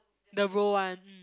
the roll one